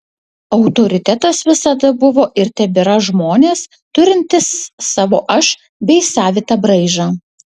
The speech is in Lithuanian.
autoritetas visada buvo ir tebėra žmonės turintys savo aš bei savitą braižą